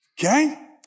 Okay